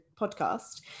podcast